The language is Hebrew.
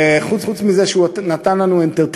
וחוץ מזה שהוא נתן לנו entertainment,